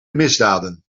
misdaden